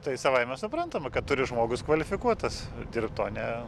tai savaime suprantama kad turi žmogus kvalifikuotas dirbti o ne